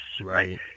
right